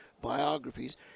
biographies